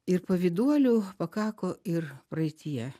ir pavyduolių pakako ir praeityje